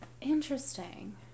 Interesting